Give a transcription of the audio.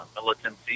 militancy